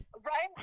right